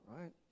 right